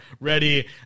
ready